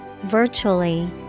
Virtually